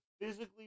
physically